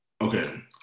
Okay